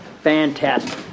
Fantastic